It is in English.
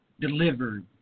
delivered